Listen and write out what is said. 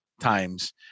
times